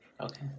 Okay